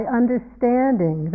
understanding